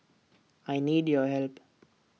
I need your help